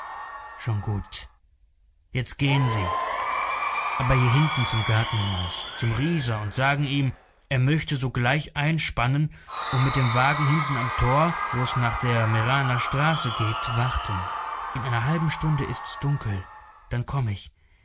schon gut jetzt gehen sie aber hier hinten zum garten hinaus zum rieser und sagen ihm er möchte sogleich einspannen und mit dem wagen hinten am tor wo's nach der meraner straße geht warten in einer halben stunde ist's dunkel dann komme ich